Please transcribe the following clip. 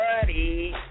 buddy